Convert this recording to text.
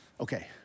Okay